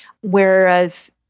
whereas